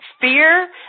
fear